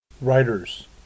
Writers